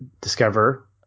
discover